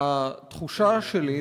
התחושה שלי,